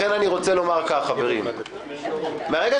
מהרגע